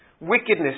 wickedness